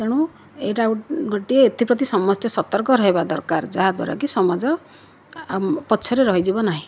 ତେଣୁ ଏଇଟା ଗୋଟିଏ ଏଥିପ୍ରତି ସମସ୍ତେ ସତର୍କ ରହିବା ଦରକାର ଯାହା ଦ୍ୱାରାକି ସମାଜ ପଛରେ ରହିଯିବ ନାହିଁ